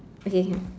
okay can